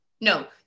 no